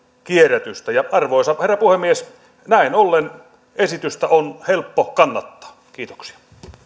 kierrätystä arvoisa herra puhemies näin ollen esitystä on helppo kannattaa kiitoksia